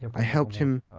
i helped him,